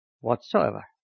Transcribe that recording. whatsoever